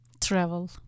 Travel